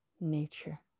nature